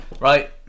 Right